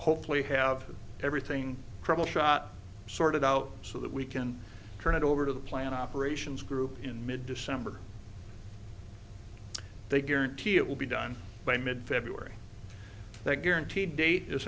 hopefully have everything troubleshot sorted out so that we can turn it over to the plant operations group in mid december they guarantee it will be done by mid february that guarantee date is